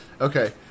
Okay